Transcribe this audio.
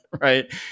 right